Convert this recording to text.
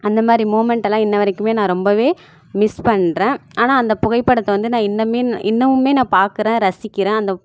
அந்தமாதிரி மூமண்ட்டெல்லாம் இன்ன வரைக்குமே நான் ரொம்பவே மிஸ் பண்ணுறேன் ஆனால் அந்த புகைப்படத்தை வந்து நான் இன்னமுமே இன்னமுமே நான் பார்க்குறேன் ரசிக்கிறேன் அந்த